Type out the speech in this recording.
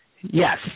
Yes